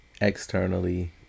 externally